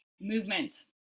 movement